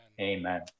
Amen